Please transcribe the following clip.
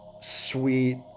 sweet